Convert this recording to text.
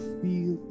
feel